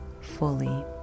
fully